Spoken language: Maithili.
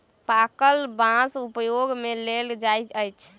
पाकल बाँस उपयोग मे लेल जाइत अछि